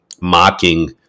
mocking